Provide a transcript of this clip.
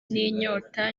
n’inyota